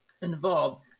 involved